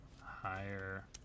higher